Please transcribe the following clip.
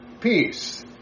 peace